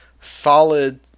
solid